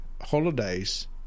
holidays